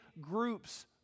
groups